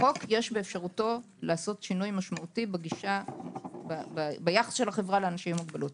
החוק יש באפשרותו לעשות שינוי משמעותי ביחס של החברה לאנשים עם מוגבלות.